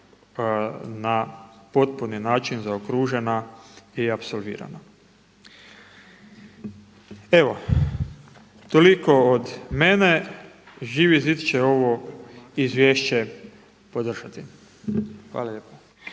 na potpuni način zaokružena i apsolvirana. Evo toliko od mene. Živi zid će ovo izvješće podržati. Hvala lijepo.